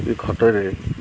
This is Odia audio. ଇୟେ ଖଟରେ